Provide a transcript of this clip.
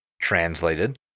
Translated